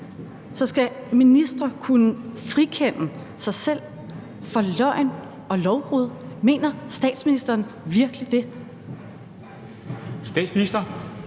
Så skal ministre kunne frikende sig selv for løgn og lovbrud? Mener statsministeren virkelig det?